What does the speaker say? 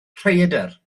rhaeadr